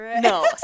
No